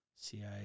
CIA